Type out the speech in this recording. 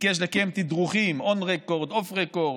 ביקש לקיים תדרוכים, און רקורד, אוף רקורד?